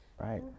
Right